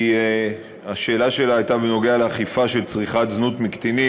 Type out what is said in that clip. השאלה שלה הייתה בנוגע לאכיפה בצריכת זנות מקטינים,